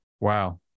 Wow